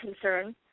concern